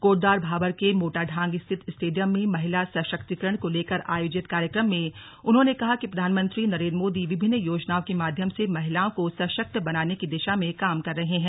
कोटद्वार भाबर के मोटाढांग स्थित स्टेडियम में महिला सशक्तिकरण को लेकर आयोजित कार्यक्रम में उन्होंने कहा कि प्रधानमंत्री नरेंद्र मोदी विभिन्न योजनाओं के माध्यम से महिलाओं को सशक्त बनाने की दिशा में काम कर रहे है